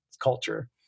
culture